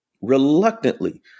reluctantly